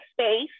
space